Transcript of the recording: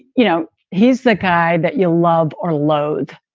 you know, he's the guy that you'll love or loathe.